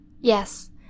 Yes